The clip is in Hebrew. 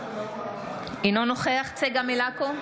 אינו נוכח צגה מלקו,